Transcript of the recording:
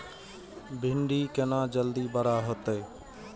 भिंडी केना जल्दी बड़ा होते?